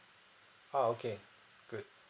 ah okay good